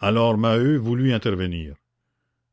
alors maheu voulut intervenir